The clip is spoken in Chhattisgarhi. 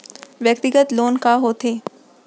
व्यक्तिगत लोन का होथे?